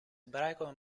ebraico